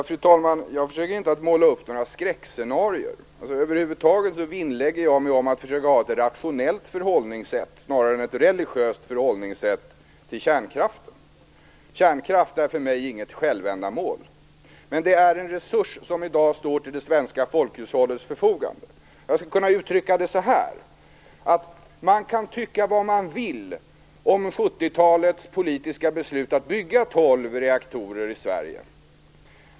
Fru talman! Jag försöker inte att måla upp några skräckscenarior. Över huvud taget vinnlägger jag mig om att försöka ha ett rationellt snarare än religiöst förhållningssätt till kärnkraften. Kärnkraft är för mig inget självändamål, men det är en resurs som i dag står till det svenska folkhushållets förfogande. Jag skulle kunna uttrycka det så här: Man kan tycka vad man vill om 70-talets politiska beslut att bygga tolv reaktorer i Sverige.